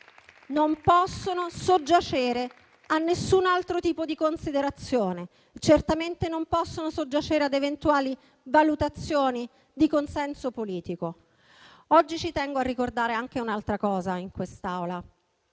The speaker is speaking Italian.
non possono soggiacere a nessun altro tipo di considerazione. Certamente non possono soggiacere ad eventuali valutazioni di consenso politico. Tengo a ricordare oggi anche un'altra cosa in quest'Aula